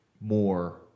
more